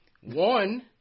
one